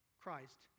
Christ